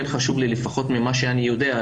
כן חשוב לי לפחות ממה שאני יודע,